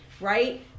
Right